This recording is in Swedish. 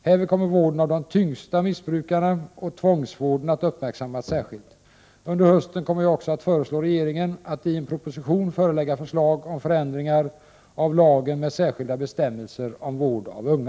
Härvid kommer vården av de tyngsta missbrukarna och tvångsvården att uppmärksammas särskilt. Under hösten kommer jag också att föreslå regeringen att i en proposition förelägga förslag om förändringar av lagen med särskilda bestämmelser om vård av unga.